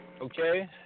Okay